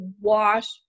wash